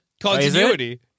Continuity